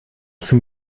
zum